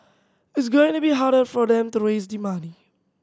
it's going to be harder for them to raise the money